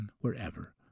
wherever